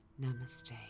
Namaste